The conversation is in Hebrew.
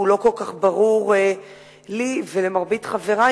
שהוא לא כל כך ברור לי ולמרבית חברי,